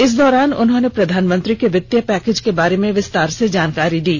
इस दौरान उन्होंने प्रधानमंत्री के वित्तीय पैकेज के बारे में विस्तार से जानकारी दी